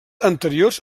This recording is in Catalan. anteriors